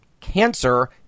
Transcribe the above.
cancer